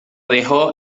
dejó